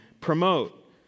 promote